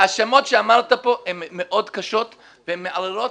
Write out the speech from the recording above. ההאשמות שאמרת פה הן מאוד קשות והן מערערות